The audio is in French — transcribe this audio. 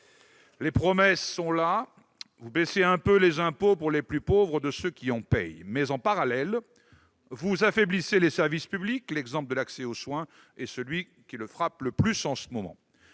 Les promesses sont là : vous baissez un peu les impôts pour les plus pauvres de ceux qui en paient, mais, en parallèle, vous cassez les services publics ; l'exemple de l'accès aux soins est celui qui frappe le plus en ce moment.